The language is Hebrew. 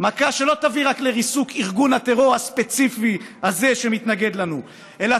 מכה שלא תביא רק לריסוק ארגון הטרור הספציפי הזה שמתנגד לנו אלא